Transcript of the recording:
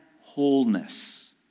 wholeness